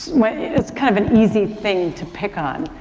it's kind of an easy thing to pick on.